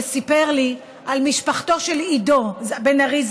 וסיפר לי על משפחתו של עידו בן-ארי,